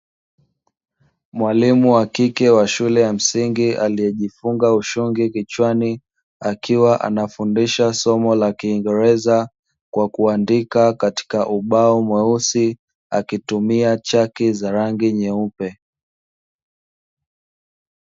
Mwalimu wa kike wa shule ya msingi aliyejifunga ushungi kichwani, akiwa anafundisha somo la kiingereza kwa kuandika katika ubao mweusi akitumia chaki za rangi nyeupe.